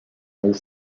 haut